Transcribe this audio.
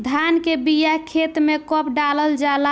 धान के बिया खेत में कब डालल जाला?